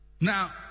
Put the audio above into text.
Now